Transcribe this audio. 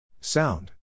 Sound